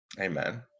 amen